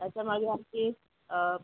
त्याच्यामागे आमची